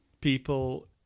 people